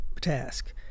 task